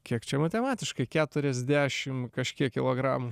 kiek čia matematiškai keturiasdešim kažkiek kilogramų